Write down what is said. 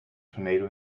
tornado